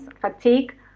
fatigue